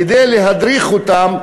כדי להדריך אותם,